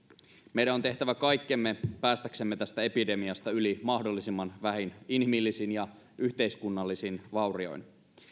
meidän on tehtävä kaikkemme päästäksemme tästä epidemiasta yli mahdollisimman vähin inhimillisin ja yhteiskunnallisin vaurioin